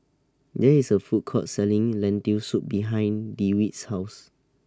There IS A Food Court Selling Lentil Soup behind Dewitt's House